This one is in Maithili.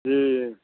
जी